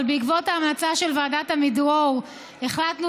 אבל בעקבות ההמלצה של ועדת עמידרור החלטנו